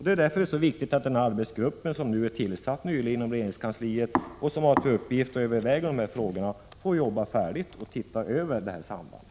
Det är därför det är så viktigt att den arbetsgrupp som nyligen blivit tillsatt av regeringskansliet och som har till uppgift att överväga de här frågorna och se över detta samband får jobba färdigt.